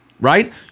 right